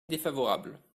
défavorable